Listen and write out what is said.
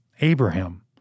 Abraham